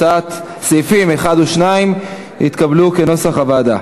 סעיפים 1 ו-2 נתקבלו כנוסח הוועדה.